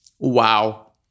Wow